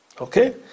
Okay